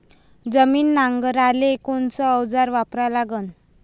जमीन नांगराले कोनचं अवजार वापरा लागन?